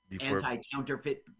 anti-counterfeit